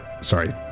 sorry